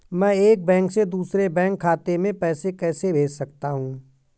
मैं एक बैंक से दूसरे बैंक खाते में पैसे कैसे भेज सकता हूँ?